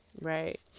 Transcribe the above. right